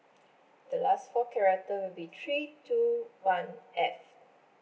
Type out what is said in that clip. the last four character will be three two one F